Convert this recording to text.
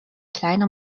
kleiner